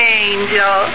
angel